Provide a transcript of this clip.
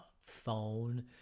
phone